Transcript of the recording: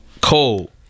Cold